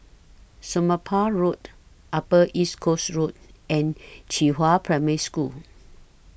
Somapah Road Upper East Coast Road and Qihua Primary School